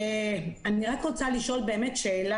אני רק רוצה לשאול שאלה.